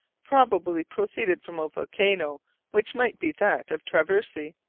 probably proceeded from a volcano which might be that of traversey,